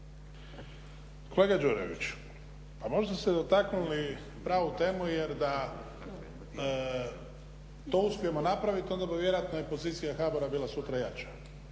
Kolega Đurović, pa možda ste dotaknuli pravu temu, jer da to uspijemo napraviti onda bi vjerojatno i pozicija HBOR-a bila sutra jača.